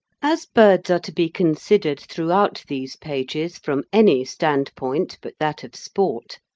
as birds are to be considered throughout these pages from any standpoint but that of sport,